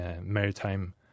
maritime